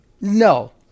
No